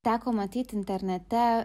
teko matyt internete